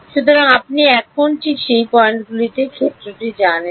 সুতরাং আপনি এখন ঠিক সেই পয়েন্টগুলিতে ক্ষেত্রটি জানেন